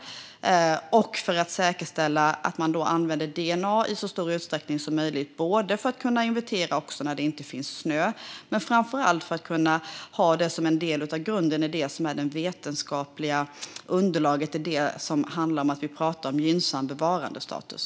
Det handlar också om att säkerställa att man använder DNA i så stor utsträckning som möjligt för att kunna inventera när det inte finns snö men framför allt för att kunna ha det som en grund i det vetenskapliga underlaget för gynnsam bevarandestatus.